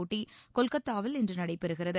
போட்டி கொல்கத்தாவில் இன்று நடைபெறுகிறது